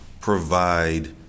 provide